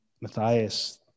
Matthias